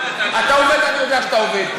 אני עובד, אתה עובד, אני יודע שאתה עובד.